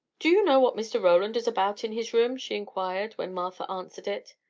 do you know what mr. roland is about in his room? she inquired, when martha answered it.